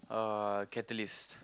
uh catalyst